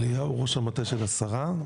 אליהו ראש המטה של השרה.